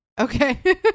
Okay